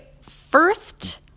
first